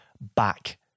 back